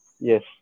yes